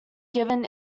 given